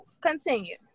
continue